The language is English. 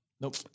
nope